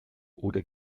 oder